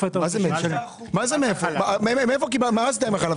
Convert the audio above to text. מה עשית עם החלב?